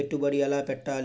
పెట్టుబడి ఎలా పెట్టాలి?